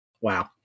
Wow